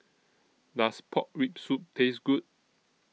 Does Pork Rib Soup Taste Good